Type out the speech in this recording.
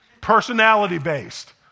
personality-based